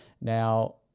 Now